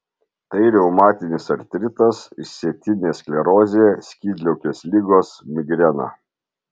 tai reumatinis artritas išsėtinė sklerozė skydliaukės ligos migrena